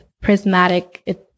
prismatic